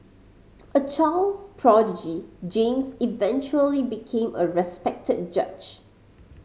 a child prodigy James eventually became a respected judge